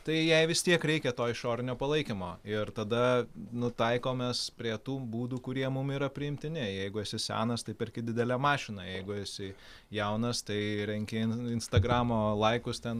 tai jai vis tiek reikia to išorinio palaikymo ir tada nu taikomės prie tų būdų kurie mum yra priimtini jeigu esi senas tai perki didelę mašiną jeigu esi jaunas tai renki instagramo laikus ten